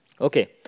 Okay